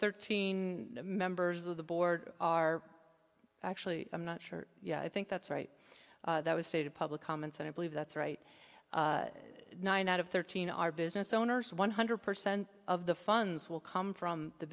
thirteen members of the board are actually i'm not sure yeah i think that's right that was stated public comments and i believe that's right nine out of thirteen are business owners one hundred percent of the funds will come from the